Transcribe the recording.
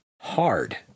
hard